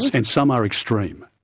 and some are extreme.